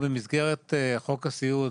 במסגרת חוק הסיעוד,